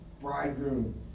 Bridegroom